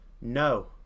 No